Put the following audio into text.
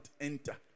enter